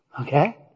okay